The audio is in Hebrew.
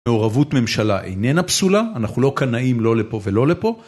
מעורבות ממשלה איננה פסולה, אנחנו לא קנאים לא לפה ולא לפה.